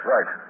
Right